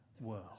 world